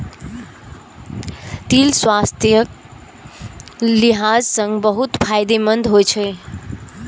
तिल स्वास्थ्यक लिहाज सं बहुत फायदेमंद होइ छै